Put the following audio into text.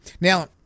Now